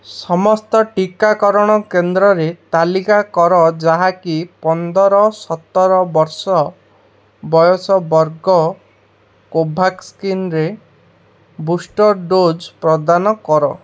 ସମସ୍ତ ଟିକାକରଣ କେନ୍ଦ୍ରରେ ତାଲିକା କର ଯାହାକି ପନ୍ଦର ସତର ବର୍ଷ ବୟସ ବର୍ଗ କୋଭ୍ୟାକ୍ସିନ୍ରେ ବୁଷ୍ଟର୍ ଡୋଜ୍ ପ୍ରଦାନ କରେ